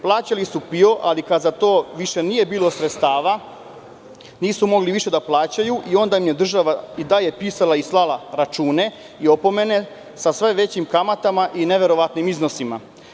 Plaćali su PIO, ali kada za to više nije bilo sredstava, nisu mogli više da plaćaju, pa im je država i dalje pisala i slala račune i opomene sa sve većim kamatama i neverovatnim iznosima.